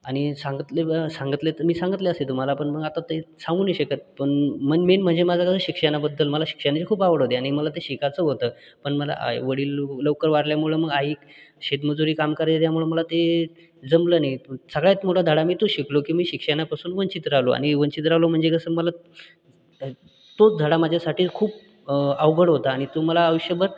आणि सांगितले सांगितले तर मी सांगितले असते तुम्हाला पण मग आता ते सांगू नाही शकत पण मन मेन म्हणजे मला जरा शिक्षणाबद्दल मला शिक्षणाची खूप आवड होती आणि मला ते शिकायचं होतं पण मला आईवडील लवकर वारल्यामुळं मग आई शेतमजुरी काम करे त्यामुळं मला ते जमलं नाही सगळ्यात मोठा धडा मी तो शिकलो की मी शिक्षणापासून वंचित राहिलो आणि वंचित राहिलो म्हणजे कसं मला तोच धडा माझ्यासाठी खूप अवघड होता आणि तो मला आयुष्यभर